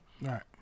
Right